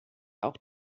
auch